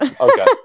Okay